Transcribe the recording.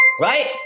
right